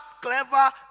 clever